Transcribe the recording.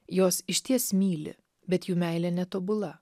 jos išties myli bet jų meilė netobula